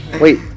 Wait